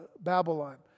Babylon